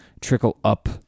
trickle-up